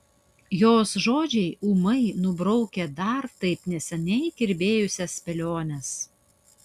jos žodžiai ūmai nubraukia dar taip neseniai kirbėjusias spėliones